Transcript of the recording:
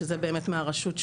שזה באמת מהרשות,